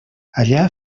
allà